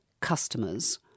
customers